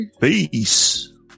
Peace